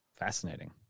Fascinating